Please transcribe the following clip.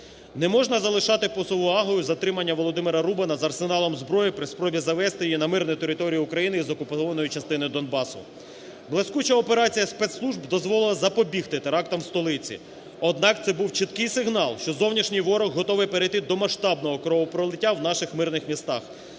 Не можна залишати поза увагою затримання Володимира Рубана з арсеналом зброї при спробі завезти її на мирну територію України із окупованої частини Донбасу. Блискуча операція спецслужб дозволила запобігти терактам в столиці, однак це був чіткий сигнал, що зовнішній ворог готовий перейти до масштабного кровопролиття в наших мирних містах.